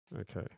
Okay